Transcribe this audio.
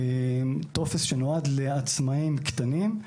טופס שנועד לעצמאיים קטנים,